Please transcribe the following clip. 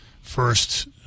first